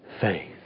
faith